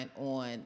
on